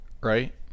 right